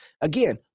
again